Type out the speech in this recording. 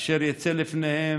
אשר יצא לפניהם,